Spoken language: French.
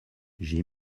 j’ai